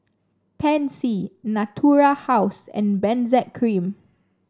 Pansy Natura House and Benzac Cream